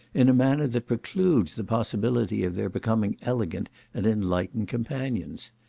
in a manner that precludes the possibility of their becoming elegant and enlightened companions.